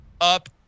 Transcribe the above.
up